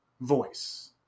voice